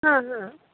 ಹಾಂ ಹಾಂ